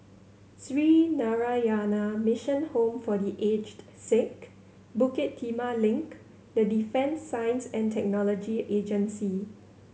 Sree Narayana Mission Home for The Aged Sick Bukit Timah Link and Defence Science And Technology Agency